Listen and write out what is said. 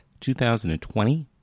2020